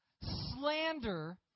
slander